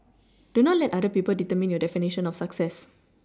do not let other people determine your definition of success